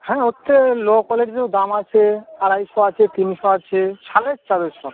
হ্যাঁ ওরতে লো কোয়ালিটিরও দাম আছে আড়াইশো আছে তিনশো আছে শালের চাদর সব